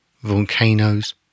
volcanoes